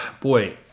boy